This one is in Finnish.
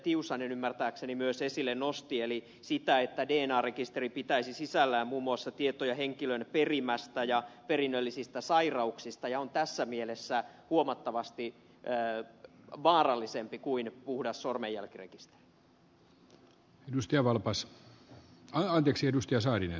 tiusanen ymmärtääkseni myös esille nosti eli sitä että dna rekisteri pitäisi sisällään muun muassa tietoja henkilön perimästä ja perinnöllisistä sairauksista ja on tässä mielessä huomattavasti vaarallisempi kuin puhdas sormenjälkirekisteri